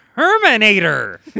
Terminator